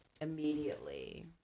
immediately